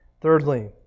Thirdly